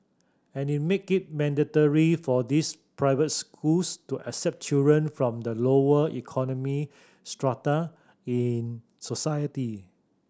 and make it mandatory for these private schools to accept children from the lower economic strata in society